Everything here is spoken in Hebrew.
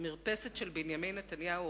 המרפסת של בנימין נתניהו,